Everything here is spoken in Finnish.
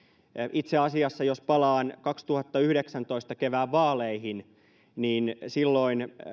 itse asiassa jos palaan kaksituhattayhdeksäntoista kevään vaaleihin niin silloin